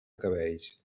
cabells